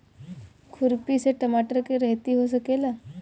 खुरपी से टमाटर के रहेती हो सकेला?